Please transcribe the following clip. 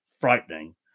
frightening